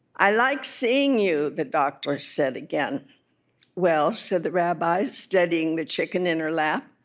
i like seeing you the doctor said again well said the rabbi, steadying the chicken in her lap.